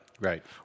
Right